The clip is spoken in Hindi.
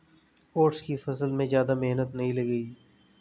ओट्स की फसल में ज्यादा मेहनत नहीं लगेगी